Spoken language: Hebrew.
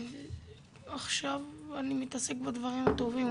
ועכשיו אני מתעסק בדברים הטובים,